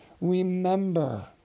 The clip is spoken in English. remember